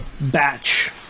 batch